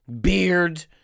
beard